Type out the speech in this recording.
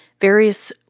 various